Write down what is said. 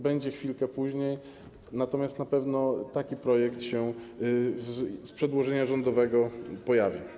Będzie chwilkę później, natomiast na pewno taki projekt się z przedłożenia rządowego pojawi.